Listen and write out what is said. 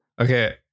Okay